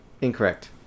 Incorrect